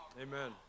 Amen